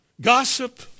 gossip